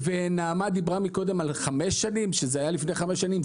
נעמה דיברה קודם על כך שזה היה גם לפני חמש שנים.